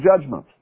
judgment